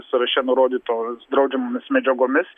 sąraše nurodytos draudžiamomis medžiagomis